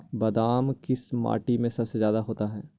बादाम किस माटी में सबसे ज्यादा होता है?